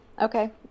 Okay